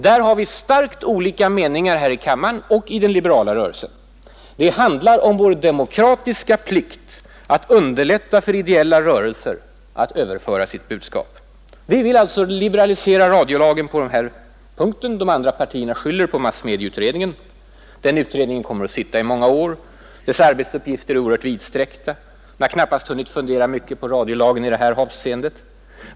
Där har vi starkt olika meningar här i kammaren och i den liberala rörelsen. Det handlar om vår demokratiska plikt att underlätta för ideella rörelser att överföra sitt budskap. Vi vill alltså liberalisera radiolagen på den här punkten. De andra partierna skyller på massmedieutredningen. Den utredningen kommer att arbeta under många år. Dess arbetsuppgifter är oerhört vidsträckta. Den har knappast hunnit fundera mycket på radiolagen i det här avseendet.